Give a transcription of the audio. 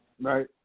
Right